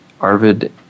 Arvid